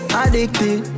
addicted